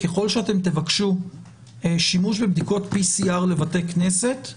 ככל שתבקשו שימוש בבדיקות PCR לבתי כנסת,